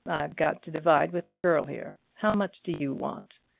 got to divide with the girl here. how much do you want?